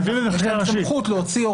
זאת רעה חולה להביא הוראות שעה.